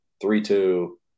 three-two